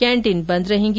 canteen बंद रहेंगी